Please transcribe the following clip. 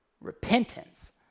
Repentance